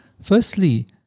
Firstly